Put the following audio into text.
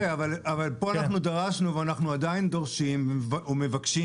אבל פה דרשנו ואנחנו עדיין דורשים ומבקשים,